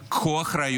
קחו אחריות,